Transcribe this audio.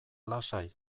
lasai